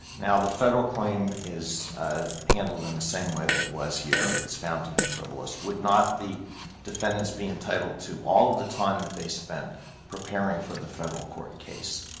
now, the federal claim is handled in the same way that it was here. it's found to be frivolous. would not the defendants be entitled to all of the time that they spent preparing for the federal court case?